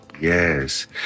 Yes